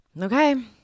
okay